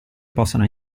possano